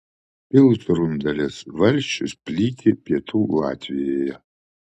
pilsrundalės valsčius plyti pietų latvijoje